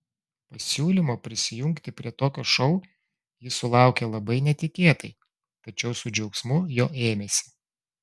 pasiūlymo prisijungti prie tokio šou jis sulaukė labai netikėtai tačiau su džiaugsmu jo ėmėsi